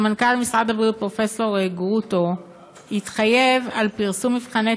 סמנכ"ל משרד הבריאות פרופ' גרוטו התחייב על פרסום מבחני